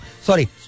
Sorry